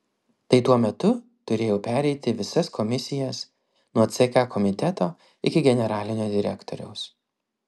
tai tuo metu turėjau pereiti visas komisijas nuo ck komiteto iki generalinio direktoriaus